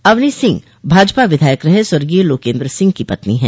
अवनी सिंह भाजपा विधायक रहे स्वर्गीय लोकेन्द्र सिंह की पत्नी है